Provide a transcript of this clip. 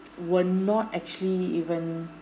were not actually even